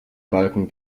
balken